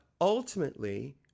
ultimately